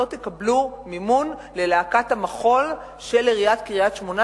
לא תקבלו מימון ללהקת המחול של עיריית קריית-שמונה.